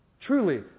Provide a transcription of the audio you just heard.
Truly